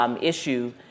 issue